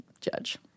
judge